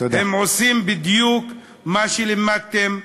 הם עושים בדיוק מה שלימדתם